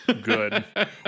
good